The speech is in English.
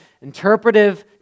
interpretive